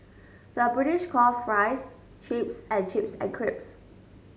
the British calls fries chips and chips creeps